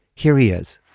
here he is